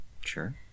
sure